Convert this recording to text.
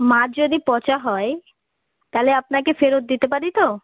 মাছ যদি পচা হয় তাহলে আপনাকে ফেরত দিতে পারি তো